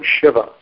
Shiva